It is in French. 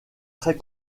très